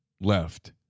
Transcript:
left